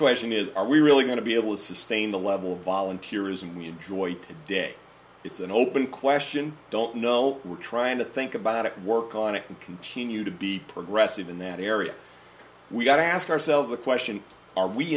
question is are we really going to be able to sustain the level of volunteerism we enjoy today it's an open question don't know we're trying to think about it work on it and continue to be progressive in that area we got to ask ourselves the question are we